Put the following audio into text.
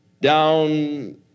down